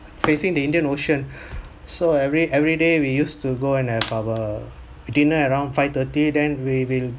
facing the indian ocean so every everyday we used to go and have our dinner at around five thirty then we will